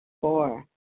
Four